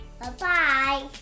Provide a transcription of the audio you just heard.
Bye-bye